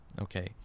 Okay